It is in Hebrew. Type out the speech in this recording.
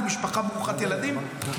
עם משפחה ברוכת ילדים,